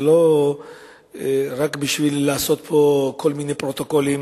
זה לא רק בשביל לעשות פה כל מיני פרוטוקולים